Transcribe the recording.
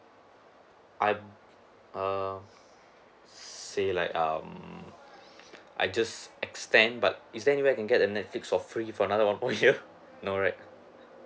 I'm err say like um I just extend but is there anywhere I can get the Netflix for free for another one more year no right